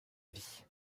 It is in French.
vie